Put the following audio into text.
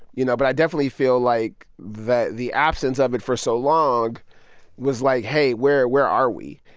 you know. but i definitely feel like that the absence of it for so long was, like, hey, where where are we?